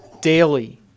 daily